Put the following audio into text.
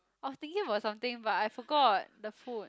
I was thinking about something but I forgot the food